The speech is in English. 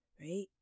right